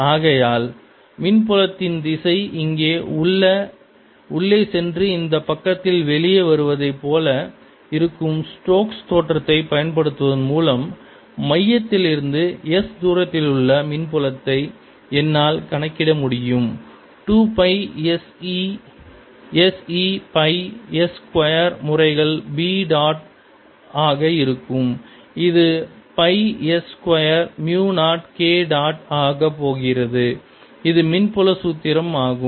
ஆகையால் மின்புலத்தின் திசை இங்கே உள்ளே சென்று இந்தப் பக்கத்தில் வெளியே வருவதைப் போல இருக்கும் ஸ்டோக்ஸ் தேற்றத்தை பயன்படுத்துவதன் மூலம் மையத்திலிருந்து S தூரத்திலுள்ள மின்புலத்தை என்னால் கணக்கிட முடியும் 2 pi S E pi S square முறைகள் B டாட் ஆக இருக்கும் இது pi S square mu 0 K dot ஆகப்போகிறது இது மின்புல சூத்திரம் ஆகும்